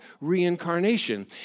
reincarnation